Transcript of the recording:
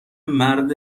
مرد